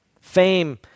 Fame